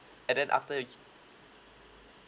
and then after